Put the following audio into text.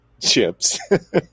chips